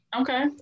Okay